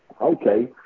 Okay